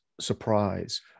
surprise